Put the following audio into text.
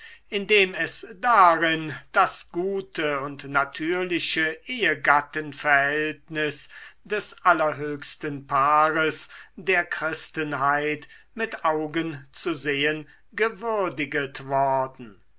indem es darin das gute und natürliche ehgattenverhältnis des allerhöchsten paares der christenheit mit augen zu sehen gewürdiget worden